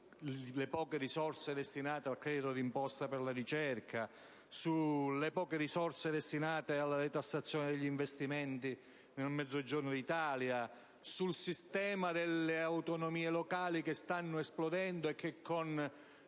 sulle poche risorse destinate al credito d'imposta per la ricerca; sulle poche risorse destinate alla detassazione degli investimenti nel Mezzogiorno; sul sistema delle autonomie locali, che stanno esplodendo, e sul